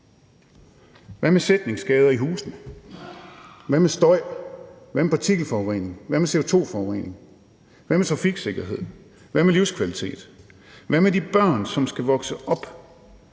Hvad med sætningsskader i husene? Hvad med støj? Hvad med partikelforurening? Hvad med CO2-forurening? Hvad med trafiksikkerheden? Hvad med livskvalitet? Hvad med de børn, som skal vokse op